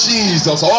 Jesus